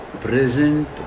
present